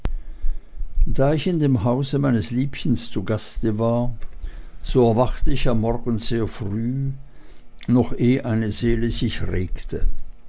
da ich in dem hause meines liebchens zu gaste war so erwachte ich am morgen sehr früh noch eh eine seele sich regte